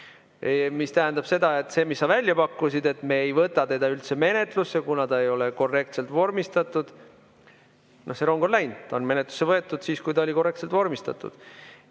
See tähendab seda, et see, mida sa välja pakkusid, et me ei võtaks seda [eelnõu] üldse menetlusse, kuna ta ei ole korrektselt vormistatud – see rong on läinud. Ta sai menetlusse võetud siis, kui ta oli korrektselt vormistatud.